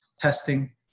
testing